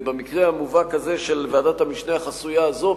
במקרה המובהק הזה של ועדת המשנה החסויה הזאת,